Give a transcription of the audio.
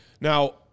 Now